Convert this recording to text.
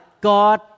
God